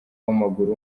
w’amaguru